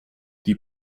die